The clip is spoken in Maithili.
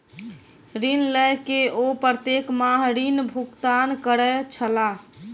ऋण लय के ओ प्रत्येक माह ऋण भुगतान करै छलाह